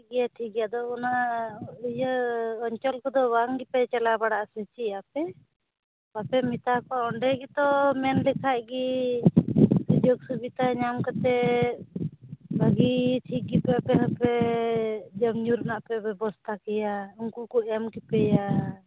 ᱴᱷᱤᱠ ᱜᱮᱭᱟ ᱴᱷᱤᱠ ᱜᱮᱭᱟ ᱟᱫᱚ ᱚᱱᱟ ᱤᱭᱟᱹ ᱚᱧᱪᱚᱞ ᱠᱚᱫᱚ ᱵᱟᱝ ᱜᱮᱯᱮ ᱪᱟᱞᱟᱣ ᱵᱟᱲᱟᱜ ᱟᱥᱮ ᱪᱮᱫ ᱟᱯᱮ ᱵᱟᱯᱮ ᱢᱮᱛᱟ ᱠᱚᱣᱟ ᱚᱸᱰᱮ ᱜᱮᱛᱚ ᱢᱮᱱ ᱞᱮᱠᱷᱟᱱ ᱜᱮ ᱥᱩᱡᱳᱜᱽ ᱥᱩᱵᱤᱛᱟ ᱧᱟᱢ ᱠᱟᱛᱮᱫ ᱵᱷᱟᱜᱮ ᱴᱷᱤᱠ ᱜᱮᱯᱮ ᱟᱯᱮ ᱦᱚᱸᱯᱮ ᱡᱚᱢ ᱧᱩ ᱨᱮᱱᱟᱜ ᱯᱮ ᱵᱮᱵᱚᱥᱛᱟ ᱠᱮᱭᱟ ᱩᱱᱠᱩ ᱠᱚ ᱮᱢ ᱠᱮᱯᱮᱭᱟ